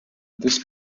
this